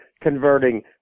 converting